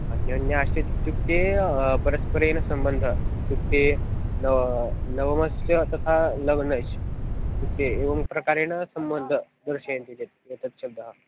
अन्योन्य आश्रितम् इत्युक्ते परस्परेण सम्बन्धः इत्युक्ते न नवमस्य तथा नवनश् इति एवं प्रकारेण सम्बन्धः दर्शयन्ति चेत् एतच्छब्दः